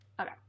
Okay